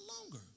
longer